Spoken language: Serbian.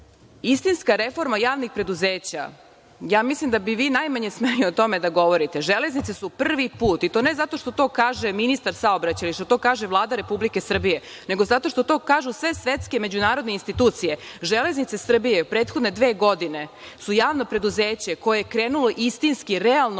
Istinska reforma javnih preduzeća, ja mislim da bi vi najmanje smeli o tome da govorite. Železnice su prvi put, i ne zato što to kaže ministar saobraćaja, ne što to kaže Vlada Republike Srbije, nego zato što to kažu sve svetske međunarodne institucije.„Železnice Srbije“ u prethodne dve godine su javno preduzeće koje je krenulo istinski, realno